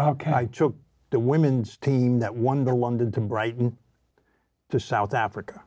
runner i took the women's team that won the london to brighton to south africa